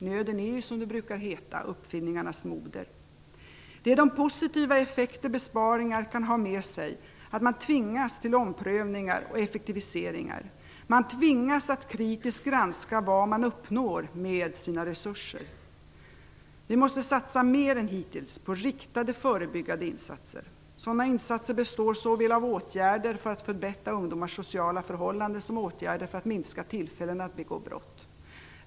Nöden är, som det brukar heta, uppfinningarnas moder. Positiva effekter som besparingar kan föra med sig är att man tvingas till omprövningar och effektiviseringar. Man tvingas att kritiskt granska vad man uppnår med sina resurser. Vi måste satsa mer än hittills på riktade förebyggande insatser. Sådana insatser består såväl av åtgärder för att förbättra ungdomars sociala förhållanden som av åtgärder för att minska antalet tillfällen att begå brott.